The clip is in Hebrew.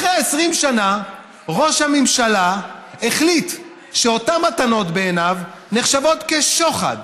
אחרי 20 שנה ראש הממשלה החליט שאותן מתנות בעיניו נחשבות לשוחד,